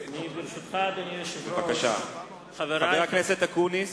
ברשותך, אדוני היושב-ראש, חבר הכנסת אקוניס.